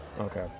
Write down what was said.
Okay